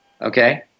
Okay